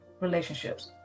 relationships